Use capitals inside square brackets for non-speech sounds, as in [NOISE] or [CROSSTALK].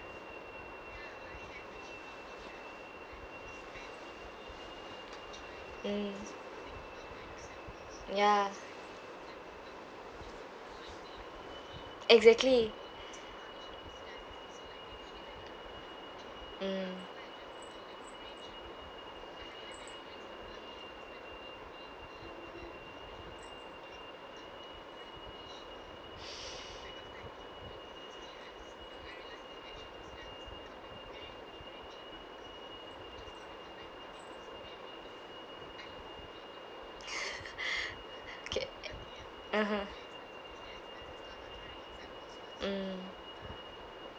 mm ya exactly mm [LAUGHS] okay (uh huh) mm